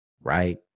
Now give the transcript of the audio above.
right